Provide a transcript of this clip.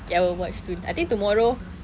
okay I will watch soon I think tomorrow